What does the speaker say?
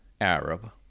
Arab